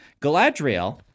Galadriel